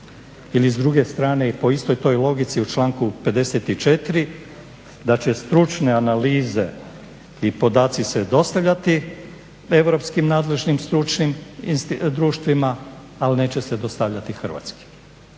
Ili s druge strane i po istoj toj logici u članku 54., da će stručne analize i podaci se dostavljati europski nadležnim stručnim društvima, ali neće se dostavljati hrvatskim.